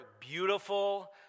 beautiful